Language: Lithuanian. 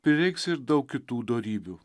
prireiks ir daug kitų dorybių